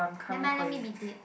never mind let me be dead